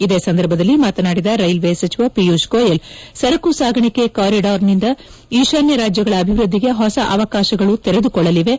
ಇದೇ ಸಂದರ್ಭದಲ್ಲಿ ಮಾತನಾಡಿದ ರೈಲ್ವೆ ಸಚಿವ ಪಿಯುಷ್ ಗೋಯಲ್ ಸರಕು ಸಾಗಾಣಿಕೆ ಕಾರಿಡಾರ್ನಿಂದ ಈಶಾನ್ಯ ರಾಜ್ಗಗಳ ಅಭಿವ್ಯದ್ಲಿಗೆ ಹೊಸ ಅವಕಾಶಗಳು ತೆರೆದುಕೊಳ್ಳಲಿವೆ